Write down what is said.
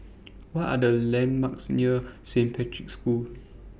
What Are The landmarks near Saint Patrick's School